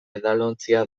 edalontzia